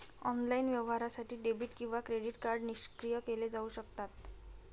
online व्यवहारासाठी debit किंवा credit card निष्क्रिय केले जाऊ शकतात